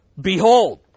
Behold